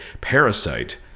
Parasite